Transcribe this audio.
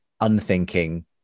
unthinking